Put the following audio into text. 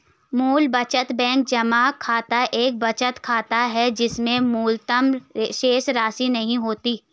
मूल बचत बैंक जमा खाता एक बचत खाता है जिसमें न्यूनतम शेषराशि नहीं होती है